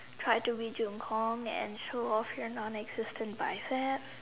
try to resume calm and show off your non existent bicep